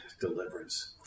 deliverance